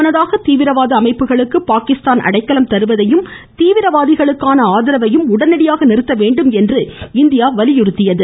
முன்னதாக தீவிரவாத அமைப்புகளுக்கு பாகிஸ்தான் அடைக்கலம் தருவதையும் தீவிரவாதிகளுக்கான ஆதரவையும் உடனடியாக நிறுத்த வேண்டும் என்று இந்தியா வலியுறுத்தியது